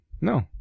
no